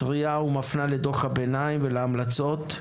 מתריעה ומפנה לדו"ח הביניים ולהמלצות,